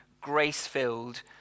grace-filled